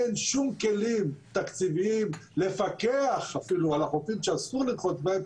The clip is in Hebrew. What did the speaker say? אין שום כלים תקציביים לפקח על החופים שאסור לרחוץ בהם